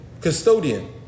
custodian